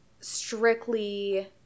strictly